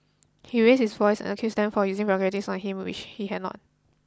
he raised his voice and accused them of using vulgarities on him which he had not